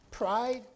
Pride